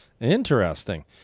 Interesting